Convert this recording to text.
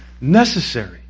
necessary